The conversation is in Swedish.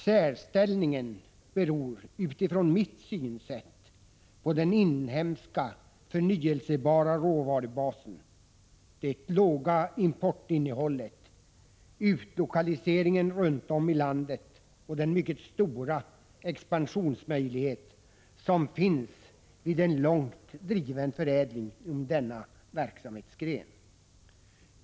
Särställningen beror enligt mitt synsätt på den inhemska förnyelsebara råvarubasen, det låga importinnehållet, utlokaliseringen runt om i landet och den mycket stora expansionsmöjlighet som finns vid en långt driven förädling inom denna verksamhetsgren.